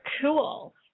Cool